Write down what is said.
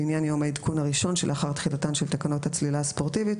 לעניין יום העדכון הראשון שלאחר תחילתן של תקנות הצלילה הספורטיבית,